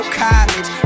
college